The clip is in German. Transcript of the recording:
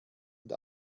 und